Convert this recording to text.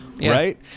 Right